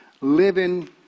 living